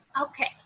Okay